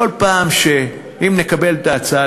אם נקבל את ההצעה,